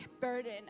burden